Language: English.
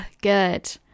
good